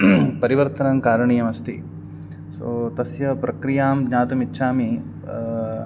परिवर्तनं कारणीयमस्ति सो तस्य प्रक्रियां ज्ञातुम् इच्छामि